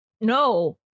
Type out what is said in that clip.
No